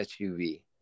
SUV